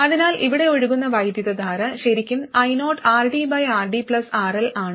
അതിനാൽ ഇവിടെ ഒഴുകുന്ന വൈദ്യുതധാര ശരിക്കും ioRDRDRL ആണ്